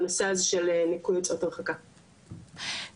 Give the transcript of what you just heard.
תגידי אם את כבר פה ולפני שאני נפרדת ממך,